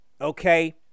okay